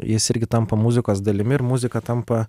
jis irgi tampa muzikos dalimi ir muzika tampa